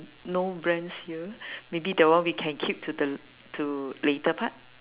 no brands here maybe that one we can keep to the to later part